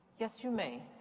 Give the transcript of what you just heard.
yes, you may.